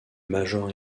major